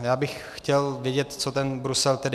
Já bych chtěl vědět, co ten Brusel tedy je.